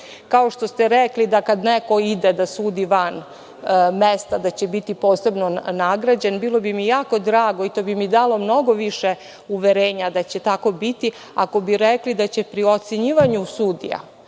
kao što ste rekli da kada neko ide da sudi van mesta da će biti posebno nagrađen, bilo bi mi jako drago, i to bi mi dalo mnogo više uverenja da će tako biti, ako bi rekli da će se pri ocenjivanju sudija